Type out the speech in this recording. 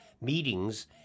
meetings